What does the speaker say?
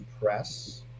Press